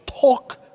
talk